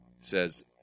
says